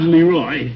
Leroy